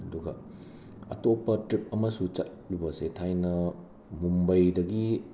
ꯑꯗꯨꯒ ꯑꯇꯣꯞꯄ ꯇ꯭ꯔꯤꯞ ꯑꯃꯁꯨ ꯆꯠꯂꯨꯕꯁꯦ ꯊꯥꯏꯅ ꯃꯨꯝꯕꯩꯗꯒꯤ